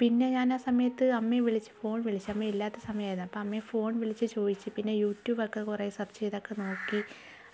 പിന്നെ ഞാനാ സമയത്ത് അമ്മയെ വിളിച്ചു ഫോൺ വിളിച്ചു അമ്മയില്ലാത്ത സമയമായിരുന്നു അത് അപ്പോൾ അമ്മയെ ഫോൺ വിളിച്ചു ചോദിച്ചു പിന്നെ യൂട്യൂബ് ഒക്കെ കുറേ സർച്ച് ചെയ്ത് ഒക്കെ നോക്കി